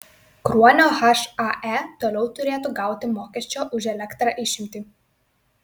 kruonio hae toliau turėtų gauti mokesčio už elektrą išimtį